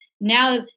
now